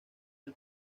del